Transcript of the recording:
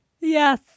Yes